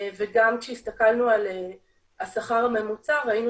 וגם כשהסתכלנו על השכר הממוצע ראינו